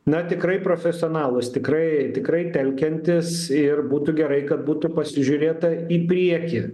na tikrai profesionalūs tikrai tikrai telkiantys ir būtų gerai kad būtų pasižiūrėta į priekį